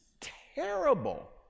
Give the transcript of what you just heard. terrible